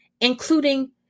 including